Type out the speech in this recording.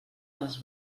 les